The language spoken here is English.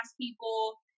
people